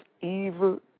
evil